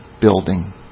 building